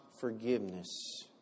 forgiveness